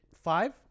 five